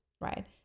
right